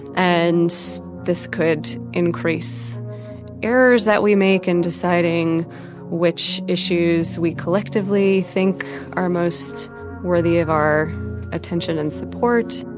and this could increase errors that we make in deciding which issues we collectively think are most worthy of our attention and support